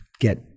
get